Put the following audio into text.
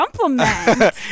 compliment